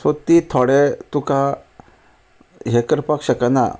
so ती थोडे तुका हें करपाक शकना